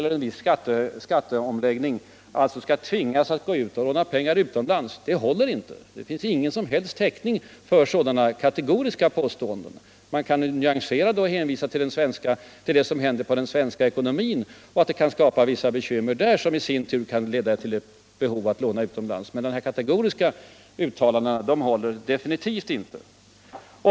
Därigenom ökar man möjligheterna att sälja på export och man förbättrar handelsbalansen. Man kan alltså genom skalteåtgärder minska behovet av utlindsk utlåning. Talet om att man genom att genomföra en skatteomläggning skall tvingas gå ut och låna pengar utomlands. det håller alltså inte.